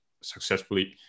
successfully